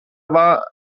war